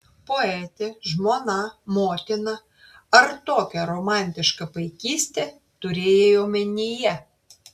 poetė žmona motina ar tokią romantišką paikystę turėjai omenyje